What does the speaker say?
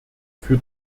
für